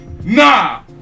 Nah